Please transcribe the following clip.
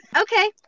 Okay